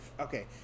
Okay